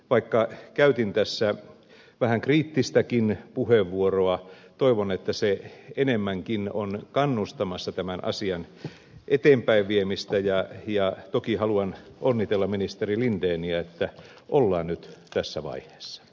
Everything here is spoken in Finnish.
vaikka käytin tässä vähän kriittistäkin puheenvuoroa toivon että se enemmänkin on kannustamassa tämän asian eteenpäinviemistä ja toki haluan onnitella ministeri lindeniä että ollaan nyt tässä vaiheessa